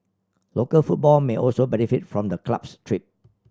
local football may also benefit from the club's trip